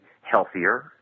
healthier